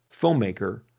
filmmaker